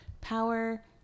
power